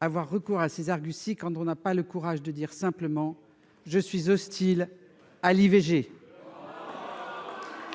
avoir recours à ces arguties quand on n'a pas le courage de dire simplement : je suis hostile à l'IVG.